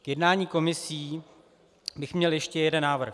K jednání komisí bych měl ještě jeden návrh.